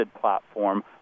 platform